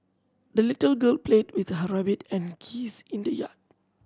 the little girl played with her rabbit and geese in the yard